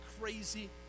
crazy